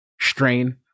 strain